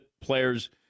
players